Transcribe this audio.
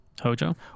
Hojo